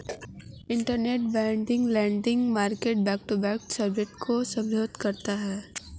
interbank lending market back to back लेनदेन के subset को संदर्भित करता है